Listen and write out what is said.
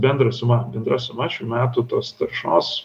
bendra suma bendra suma šių metų tos taršos